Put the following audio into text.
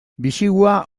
bisigua